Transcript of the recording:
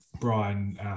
Brian